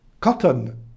cotton